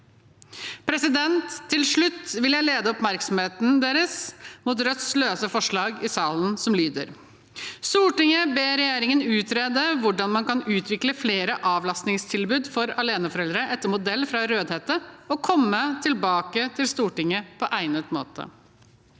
budsjett. Til slutt vil jeg lede oppmerksomheten mot Rødts løse forslag i salen, som lyder: «Stortinget ber regjeringen utrede hvordan man kan utvikle flere avlastningstilbud for aleneforeldre etter modell fra Rødhette og komme tilbake til Stortinget på egnet måte.»